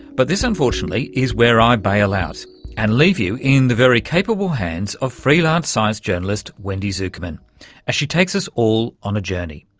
but this unfortunately is where i bail out and leave you in the very capable hands of freelance science journalist wendy zukerman as she takes us all on a journey,